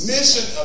Mission